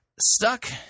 Stuck